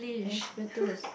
asbestos